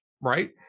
right